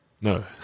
No